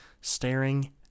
staring